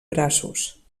braços